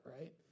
right